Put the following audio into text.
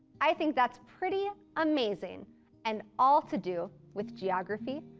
i think that's pretty amazing and all to do with geography,